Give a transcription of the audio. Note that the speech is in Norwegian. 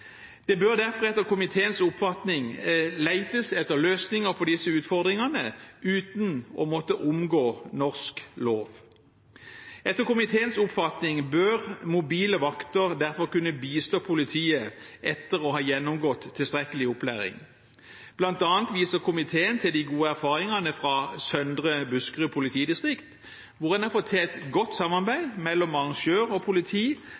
Det bør derfor etter komiteens oppfatning letes etter løsninger på disse utfordringene uten å måtte omgå norsk lov. Etter komiteens oppfatning bør mobile vakter derfor kunne bistå politiet etter å ha gjennomgått tilstrekkelig opplæring. Blant annet viser komiteen til de gode erfaringene fra Søndre Buskerud politidistrikt, hvor en har fått til et godt samarbeid mellom arrangør og politi